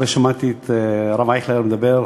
אחרי ששמעתי את הרב אייכלר מדבר,